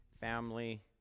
family